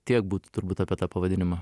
tiek būtų turbūt apie tą pavadinimą